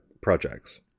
projects